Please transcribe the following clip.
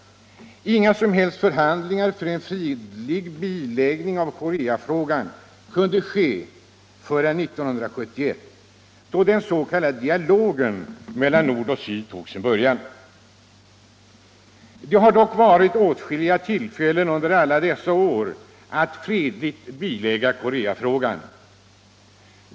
Inga som helst förhandlingar för en fredlig biläggning av Koreafrågan kunde ske förrän 1971, då den s.k. dialogen mellan nord och syd tog sin början. Det har dock funnits åtskilliga tillfällen under alla dessa år att fredligt bilägga Koreafrågan.